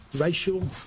racial